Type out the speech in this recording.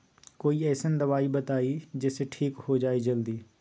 कोई अईसन दवाई बताई जे से ठीक हो जई जल्दी?